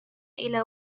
إلى